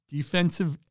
Defensive